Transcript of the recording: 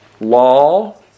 law